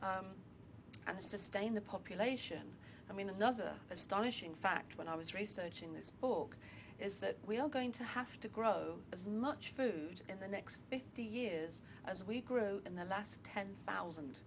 sustain the population i mean another astonishing fact when i was researching this book is that we are going to have to grow as much food in the next fifty years as we grow in the last ten thousand